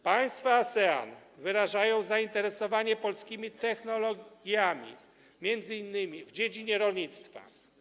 Państwa ASEAN wyrażają zainteresowanie polskimi technologiami, m.in. w dziedzinie rolnictwa.